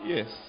Yes